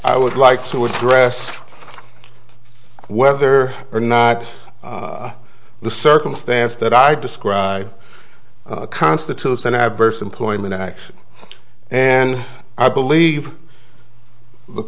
i would like to address whether or not the circumstance that i described constitutes an adverse employment action and i believe the